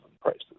prices